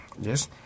Yes